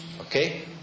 Okay